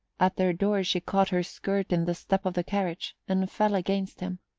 at their door she caught her skirt in the step of the carriage, and fell against him.